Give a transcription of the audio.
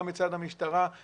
גם מצד המשטרה,